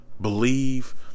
believe